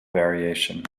variation